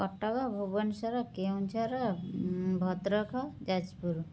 Cuttack Bhubaneswar Keonjhar Bhadrak Jajpur